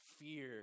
fear